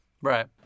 Right